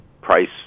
price